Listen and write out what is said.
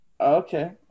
Okay